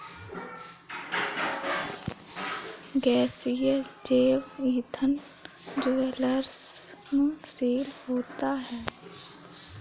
गैसीय जैव ईंधन ज्वलनशील होता है